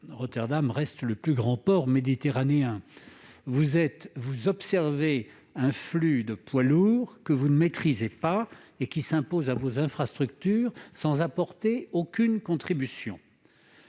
Rotterdam est le plus grand port méditerranéen !-, vous observez un flux de poids lourds que vous ne maîtrisez pas et qui s'impose à vos infrastructures sans leur apporter aucune contribution.